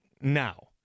now